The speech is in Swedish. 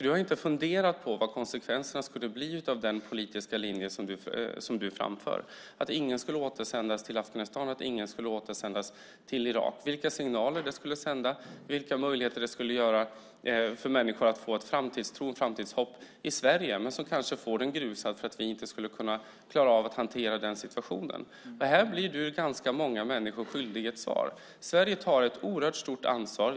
Du har inte funderat på vad konsekvenserna skulle bli av den politiska linje som du framför, att ingen skulle återsändas till Afghanistan eller till Irak, vilka signaler det skulle sända och vilka möjligheter det skulle ge människor att få en framtidstro i Sverige, om de kanske skulle få den grusad för att vi inte skulle klara av att hantera situationen. Här blir du skyldig ganska många människor ett svar. Sverige tar ett stort ansvar.